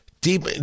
deep